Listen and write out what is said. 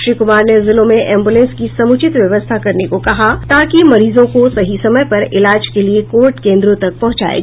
श्री कुमार ने जिलों में एम्बुलेंस की समूचित व्यवस्था करने को कहा ताकि मरीजों को सही समय पर इलाज के लिये कोविड केंद्रों तक पहुंचाया जा सके